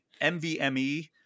MVME